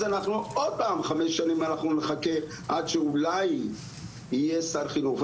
אנחנו עוד פעם חמש שנים אנחנו נחכה עד שאולי יהיה שר חינוך.